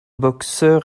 boxeur